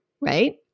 right